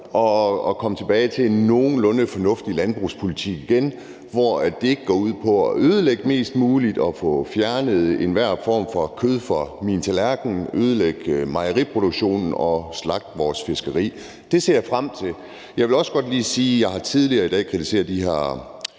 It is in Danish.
og komme tilbage til en nogenlunde fornuftig landbrugspolitik, hvor det ikke går ud på at ødelægge mest muligt og få fjernet enhver form for kød fra borgerens tallerken, ødelægge mejeriproduktionen og slagte vores fiskeri. Det ser jeg frem til. Jeg vil også godt lige sige, at jeg tidligere i dag har kritiseret de her